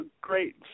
great